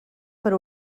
per